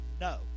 no